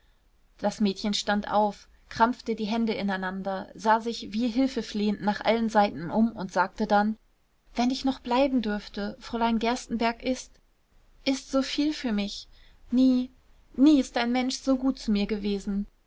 das mädchen stand auf krampfte die hände ineinander sah sich wie hilfeflehend nach allen seiten um und sagte dann wenn ich noch bleiben dürfte fräulein gerstenbergk ist ist so viel für mich nie nie ist ein mensch so gut zu mir gewesen